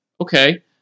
Okay